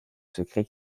secret